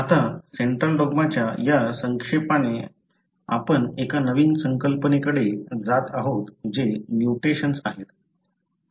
आता सेंट्रल डॉग्माच्या या संक्षेपाने आपण एका नवीन संकल्पनेकडे जात आहोत जे म्युटेशन्स आहे